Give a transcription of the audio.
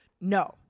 no